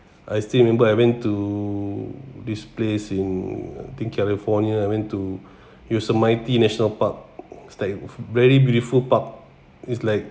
I still remember I went to this place in I think california I went to yosemite national park very beautiful park is like